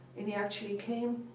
and he actually came.